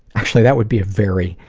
actually that would be a very,